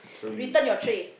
return your tray